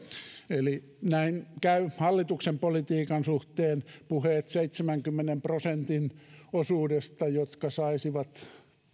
eli näin käy hallituksen politiikan suhteen puheet seitsemänkymmenen prosentin osuudesta ihmisiä jotka saisivat